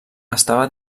estava